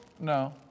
No